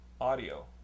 audio